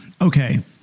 okay